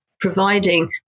providing